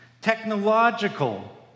technological